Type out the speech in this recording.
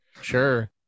sure